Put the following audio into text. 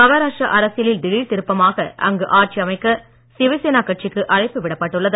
மகாராஷ்டிரா அரசியலில் திடீர் திருப்பமாக அங்கு ஆட்சி அமைக்க சிவசேனா கட்சிக்கு அழைப்பு விடப்பட்டுள்ளது